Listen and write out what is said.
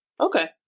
Okay